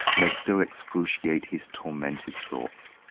may still excruciate his tormented thoughts!